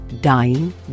dying